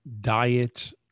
diet